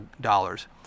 dollars